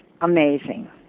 amazing